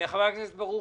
חבר הכנסת ברוכי.